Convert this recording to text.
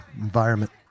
environment